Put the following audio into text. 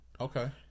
Okay